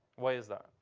why is that?